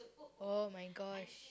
!oh-my-gosh!